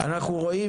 אנחנו רואים